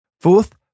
Fourth